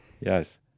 yes